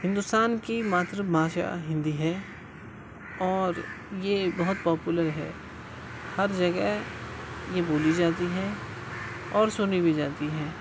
ہندوستان کی ماتر بھاشا ہندی ہے اور یہ بہت پاپولر ہے ہر جگہ یہ بولی جاتی ہے اور سنی بھی جاتی ہے